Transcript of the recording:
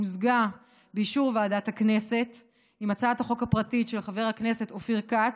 מוזגה באישור ועדת הכנסת עם הצעת החוק הפרטית של חבר הכנסת אופיר כץ.